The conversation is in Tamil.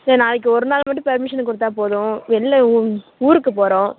சரி நாளைக்கு ஒரு நாள் மட்டும் பெர்மிஷன் கொடுத்தா போதும் வெளியில் ஊருக்கு போகிறோம்